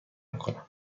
کنم